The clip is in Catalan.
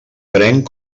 prenc